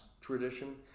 tradition